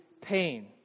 pain